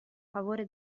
favore